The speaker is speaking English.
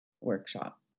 workshop